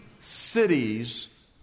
cities